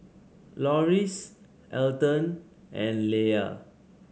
Loris Elton and Leia